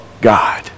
God